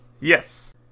Yes